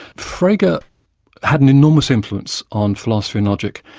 frege and had an enormous influence on philosophy and logic,